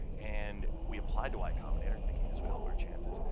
and we applied to y cominator thinking this would help our chances.